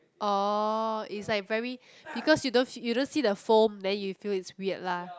oh it's like very because you don't you don't see the foam then you feel it's weird lah